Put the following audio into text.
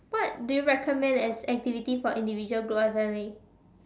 what do you recommend as activity for individual group or family